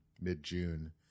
mid-June